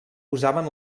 usaven